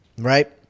right